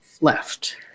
left